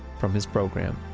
from his program,